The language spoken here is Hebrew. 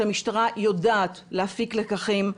שהמשטרה יודעת להפיק לקחים,